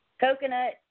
coconut